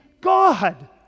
god